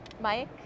Mike